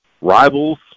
rivals